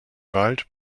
wald